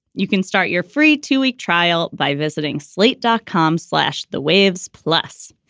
you can start your free two week trial by visiting slate dot com. slash the waves plus.